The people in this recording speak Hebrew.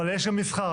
אבל יש גם מסחר.